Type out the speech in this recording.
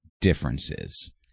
differences